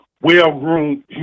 well-groomed